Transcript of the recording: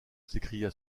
s’écria